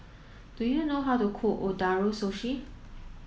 do you know how to cook Ootoro Sushi